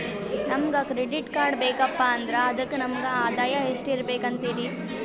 ನಮಗ credit card ಬೇಕಪ್ಪ ಅಂದ್ರ ಅದಕ್ಕ ನಮಗ ಆದಾಯ ಎಷ್ಟಿರಬಕು ಅಂತೀರಿ?